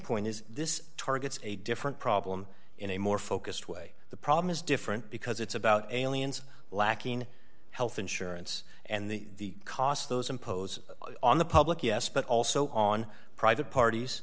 point is this targets a different problem in a more focused way the problem is different because it's about aliens lacking health insurance and the costs those impose on the public yes but also on private parties